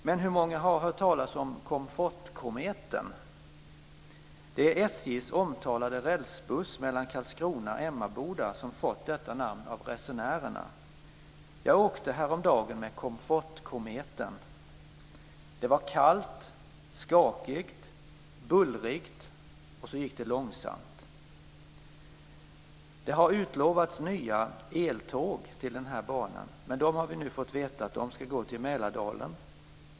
Men hur många har hört talas om "komfortkometen"? Det är SJ:s omtalade rälsbuss mellan Karlskrona och Emmaboda som fått detta namn av resenärerna. Jag åkte häromdagen med "komfortkometen". Det var kallt, skakigt, bullrigt och det gick långsamt. Det har utlovats nya eltåg till denna bana, men vi har nu fått veta att de ska gå till Mälardalen.